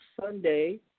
Sunday